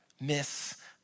miss